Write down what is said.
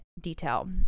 detail